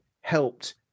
helped